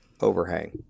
overhang